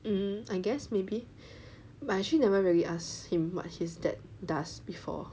mm I guess maybe but I actually never really ask him what his dad does before